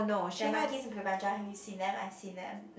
the monkeys in Bukit-Panjang have you seen them I've seen them